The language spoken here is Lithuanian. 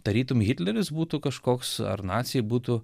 tarytum hitleris būtų kažkoks ar naciai būtų